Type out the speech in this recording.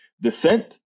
descent